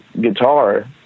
guitar